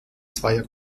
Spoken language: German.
zweier